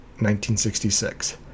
1966